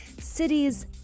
cities